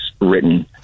written